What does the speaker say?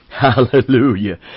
Hallelujah